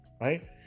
right